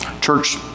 Church